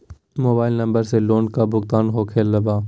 Mobile number से loan का भुगतान होखे बा?